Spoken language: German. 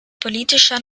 politischer